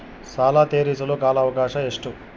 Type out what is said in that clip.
ಸಾಲ ತೇರಿಸಲು ಕಾಲ ಅವಕಾಶ ಎಷ್ಟು?